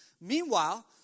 Meanwhile